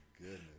goodness